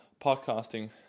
podcasting